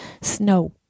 snow